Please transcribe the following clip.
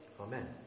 Amen